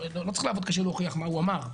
לא צריך לעבוד קשה להוכיח מה הוא אמר.